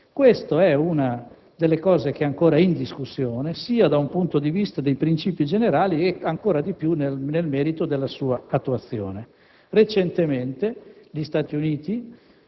Questo è uno degli argomenti ancora in discussione, sia dal punto di vista dei princìpi generali e ancor di più nel merito della sua attuazione. Recentemente, gli Stati Uniti